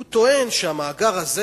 הוא טוען שבמאגר הזה,